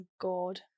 God